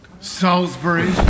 Salisbury